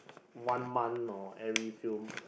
one month or every few